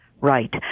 right